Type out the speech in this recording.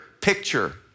picture